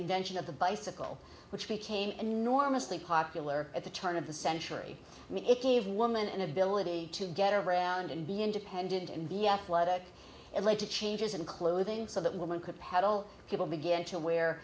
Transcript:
invention of the bicycle which became enormously popular at the turn of the century it gave woman an ability to get around and be independent in the athletic it led to changes in clothing so that women could pedal people began to wear